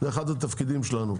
זה אחד התפקידים שלנו.